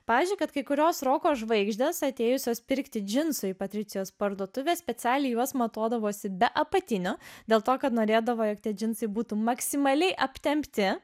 pavyzdžiui kad kai kurios roko žvaigždės atėjusios pirkti džinsų patricijos parduotuvės specialiai juos matuodavosi be apatinių dėl to kad norėdavo jog tie džinsai būtų maksimaliai aptempti